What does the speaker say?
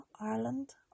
Ireland